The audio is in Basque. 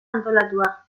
antolatua